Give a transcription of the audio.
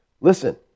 Listen